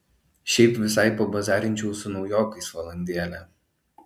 šiaip visai pabazarinčiau su naujokais valandėlę